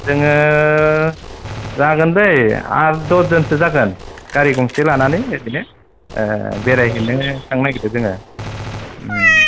जोङो जागोन लै आठ दसजोनसो जागोन गारि गंसे लानानै ओरैनो बेरायहैनो थांनो नागिरदो जोङो